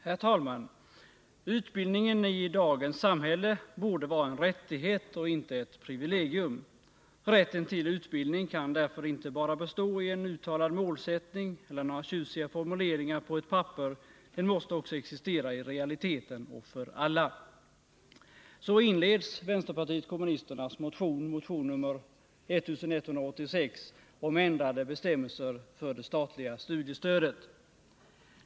Herr talman! ”Utbildningen i dagens samhälle borde vara en rättighet och inte ett privilegium. Den kan därför inte bara bestå i en uttalad målsättning eller några tjusiga formuleringar på ett papper, den måste existera i realiteten och för alla.” Så inleds vpk:s motion nr 1186 om ändrade bestämmelser för det statliga studiestödet.